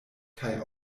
kaj